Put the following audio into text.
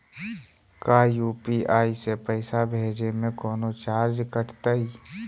का यू.पी.आई से पैसा भेजे में कौनो चार्ज कटतई?